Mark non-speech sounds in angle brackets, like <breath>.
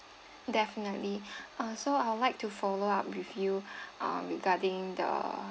definitely <breath> uh so I would like to follow up with you uh regarding the